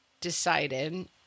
decided